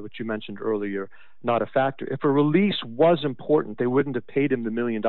what you mentioned earlier not a factor for release was important they wouldn't of paid him the one million